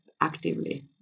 actively